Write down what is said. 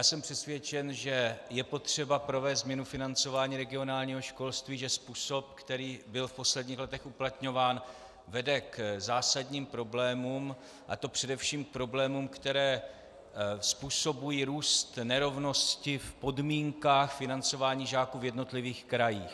Jsem přesvědčen, že je potřeba provést změnu financování regionálního školství, že způsob, který byl v posledních letech uplatňován, vede k zásadním problémům, a to především k problémům, které způsobují růst nerovnosti v podmínkách financování žáků v jednotlivých krajích.